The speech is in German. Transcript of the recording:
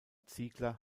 ziegler